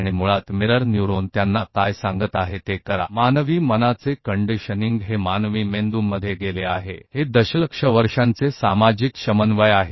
और वह मूल रूप से जो दर्पण न्यूरॉन है जो उन्हें बता रहा है कि मानव मन की कंडीशनिंग है जो मानव मस्तिष्क में चली गई है जो नीचे चला गया है मिलियन वर्ष और वह सामाजिक सामंजस्य है